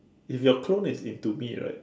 if your clone is into me right